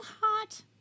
hot